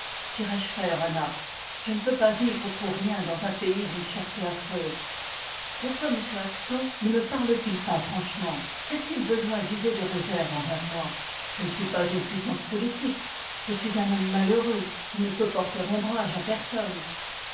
chastellux quirois je faire à naples je ne peux pas vivre pour rien dans un pays d'une cherté affreuse pourquoi m acton ne me parle-t-il pas franchement qu'a-t-il besoin d'user de réserve envers moi je ne suis pas une puissance politique je suis un homme malheureux qui i part ne peut porter ombrage à personne